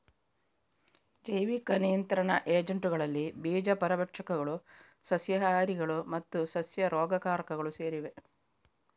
ಜೈವಿಕ ನಿಯಂತ್ರಣ ಏಜೆಂಟುಗಳಲ್ಲಿ ಬೀಜ ಪರಭಕ್ಷಕಗಳು, ಸಸ್ಯಹಾರಿಗಳು ಮತ್ತು ಸಸ್ಯ ರೋಗಕಾರಕಗಳು ಸೇರಿವೆ